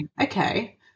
Okay